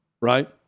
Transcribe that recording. right